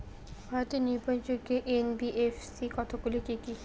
ভারতের নির্ভরযোগ্য এন.বি.এফ.সি কতগুলি কি কি?